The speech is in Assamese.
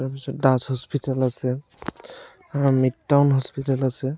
তাৰপিছত দাস হস্পিতেল আছে আৰু মিড টাউন হস্পিটেল আছে